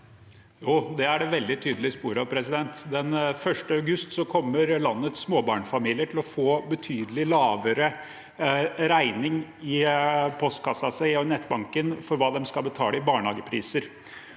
det er det veldig tydelige spor av. Den 1. august kommer landets småbarnsfamilier til å få en betydelig lavere regning i postkassen og i nettbanken for hva de skal betale i barnehagepriser.